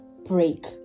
break